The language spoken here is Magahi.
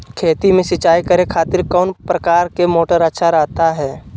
खेत में सिंचाई करे खातिर कौन प्रकार के मोटर अच्छा रहता हय?